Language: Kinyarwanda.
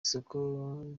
isoko